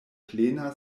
plena